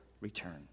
return